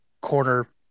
corner